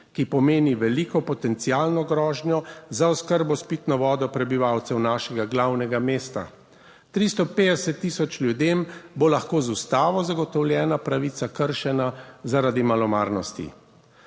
ki pomeni veliko potencialno grožnjo za oskrbo s pitno vodo prebivalcev našega glavnega mesta. 350 tisoč ljudem bo lahko z Ustavo zagotovljena pravica kršena zaradi malomarnosti.